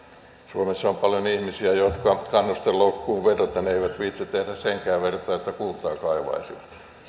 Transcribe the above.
suomessa on paljon ihmisiä jotka kannusteloukkuun vedoten eivät viitsi tehdä senkään vertaa että kultaa kaivaisivat